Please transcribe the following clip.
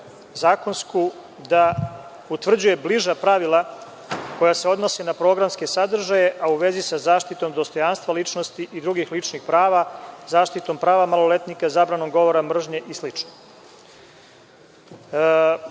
zakonsku da utvrđuje bliža pravila koja se odnose na programske sadržaje, a u vezi sa zaštitom dostojanstva ličnosti i drugih ličnih prava, zaštitom prava maloletnika, zabranom govora mržnje i